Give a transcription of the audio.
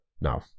now